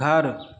घर